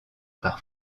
par